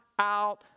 out